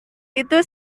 itu